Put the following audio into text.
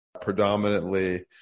predominantly